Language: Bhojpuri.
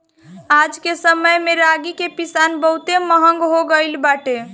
आजके समय में रागी के पिसान बहुते महंग हो गइल बाटे